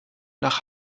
nach